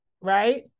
right